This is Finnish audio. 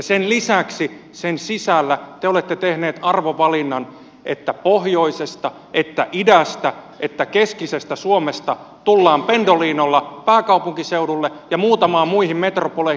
sen lisäksi sen sisällä te olette tehneet arvovalinnan että pohjoisesta että idästä että keskisestä suomesta tullaan pendolinolla pääkaupunkiseudulle ja muutamiin muihin metropoleihin